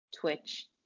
Twitch